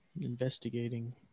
Investigating